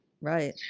Right